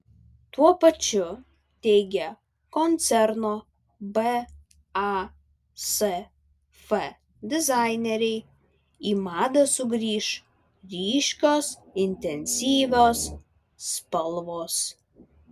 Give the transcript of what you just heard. tuo pačiu teigia koncerno basf dizaineriai į madą sugrįš ryškios intensyvios spalvos